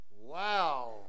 wow